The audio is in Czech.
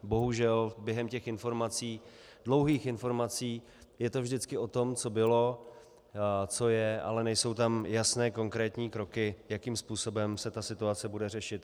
Bohužel během těch informací, dlouhých informací, je to vždycky o tom, co bylo, co je, ale nejsou tam jasné konkrétní kroky, jakým způsobem se ta situace bude řešit.